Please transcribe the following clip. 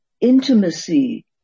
intimacy